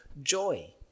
joy